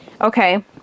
okay